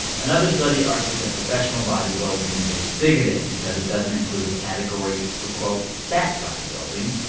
another study argued that professional bodybuilding is bigoted because it doesn't include a category for, quote, fat bodybuilding.